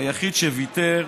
היחיד שוויתר